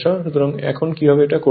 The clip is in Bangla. সুতরাং এখন কিভাবে এটা করবেন